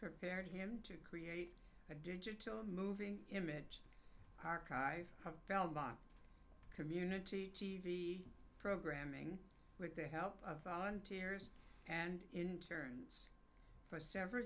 prepared him to create a digital a moving image archive of belmont community t v programming with the help of volunteers and interns for several